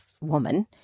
woman